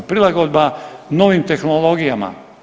Prilagodba novim tehnologijama.